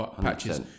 patches